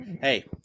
Hey